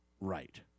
right